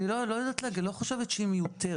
אני לא יודעת להגיד, אני לא חושבת שהיא מיותרת.